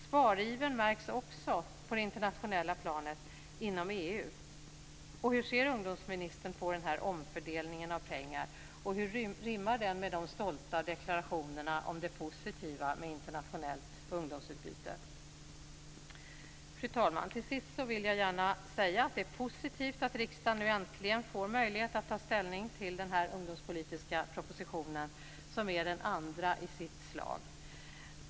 Sparivern märks också på det internationella planet inom EU. Hur ser ungdomsministern på den här omfördelningen av pengar, och hur rimmar den med de stolta deklarationerna om det positiva med internationellt ungdomsutbyte? Fru talman! Till sist vill jag gärna säga att det är positivt att riksdagen nu äntligen får möjlighet att ta ställning till den ungdomspolitiska propositionen, som är den andra i sitt slag.